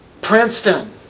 Princeton